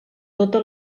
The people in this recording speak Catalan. tota